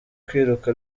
kwiruka